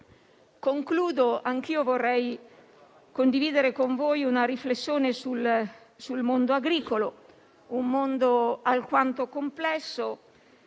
di legge. Anch'io vorrei condividere con voi una riflessione sul mondo agricolo, un mondo alquanto complesso,